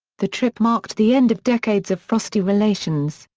the trip marked the end of decades of frosty relations,